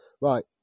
Right